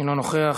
אינו נוכח.